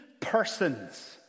persons